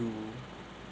do